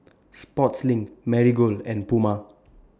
Sportslink Marigold and Puma